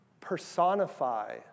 personify